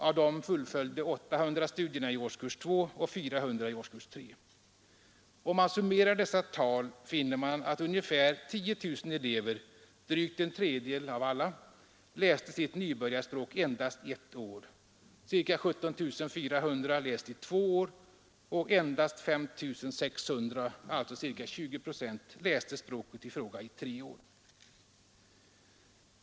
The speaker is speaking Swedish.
Av dessa fullföljde 800 studierna i årskurs 2 och 400 i årskurs 3. Om man summerar dessa tal finner man att ungefär 10 000 elever — drygt en tredjedel av alla — läste sitt nybörjarspråk endast ett år. Ca 17 400 läste i två år och endast 5 600 — eller ca 20 procent — läste språket i fråga i tre år.